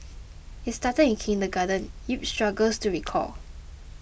it started in kindergarten Yip struggles to recall